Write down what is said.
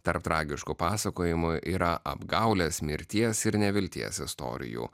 tarp tragiškų pasakojimų yra apgaulės mirties ir nevilties istorijų